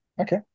Okay